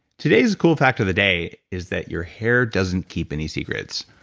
today's cool fact of the day is that your hair doesn't keep any secrets.